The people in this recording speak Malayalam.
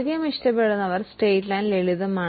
സ്ട്രെയ്റ്റ് ലൈൻ ലളിതമാണ്